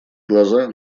глаза